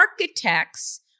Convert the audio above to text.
architects